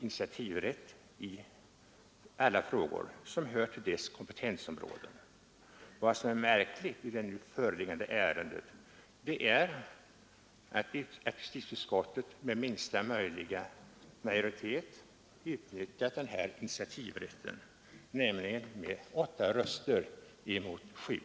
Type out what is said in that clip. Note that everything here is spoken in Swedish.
initiativrätt i frågor som hör till deras kompetensområden. Vad som är märkligt i det nu föreliggande ärendet är att justitieutskottet med minsta möjliga majoritet utnyttjat initiativrätten, nämligen med åtta röster mot sju.